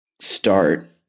start